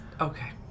Okay